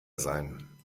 sein